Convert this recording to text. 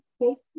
okay